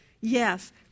Yes